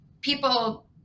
people